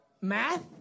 math